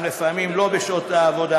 לפעמים גם שלא בשעות העבודה,